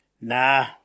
Nah